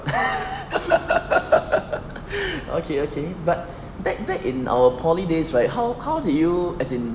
okay okay err but back back in our poly days how how how did you as in